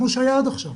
כמו שהיה עד עכשיו.